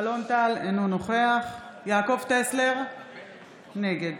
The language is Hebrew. אלון טל, אינו נוכח יעקב טסלר נגד